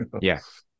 Yes